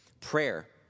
Prayer